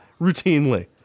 Routinely